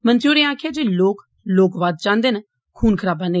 मंत्री होरें आक्खेआ जे लोक लोकवाद चांह्दे न खून खराबा नेईं